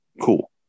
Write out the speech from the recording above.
cool